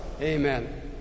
Amen